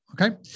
Okay